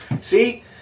see